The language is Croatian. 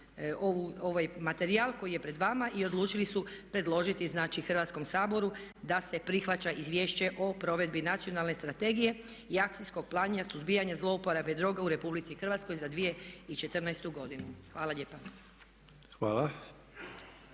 ovaj materijal koji je pred vama i odlučili su predložiti znači Hrvatskom saboru da se prihvaća Izvješće o provedbi Nacionalne strategije i Akcijskog plana suzbijanja zlouporabe droga u Republici Hrvatskoj za 2014. godinu. Hvala lijepa.